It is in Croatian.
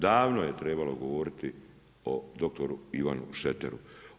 Davno je trebalo govoriti o dr. Ivanu Šreteru.